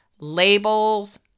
labels